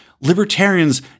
Libertarians